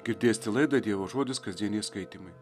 kaip dėstė laidą dievo žodis kasdieniai skaitymai